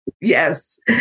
Yes